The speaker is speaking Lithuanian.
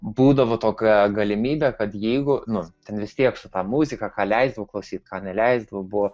būdavo tokia galimybė kad jeigu nu ten vis tiek su ta muzika ką leisdavo klausyti ką neleisdavo buvo